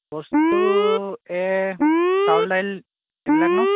বস্তু এই চাউল দাইল এইবিলাক ন